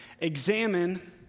Examine